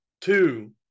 Two